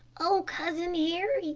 oh, cousin harry,